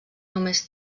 només